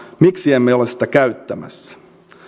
miksi emme ole sitä käyttämässä